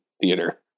Theater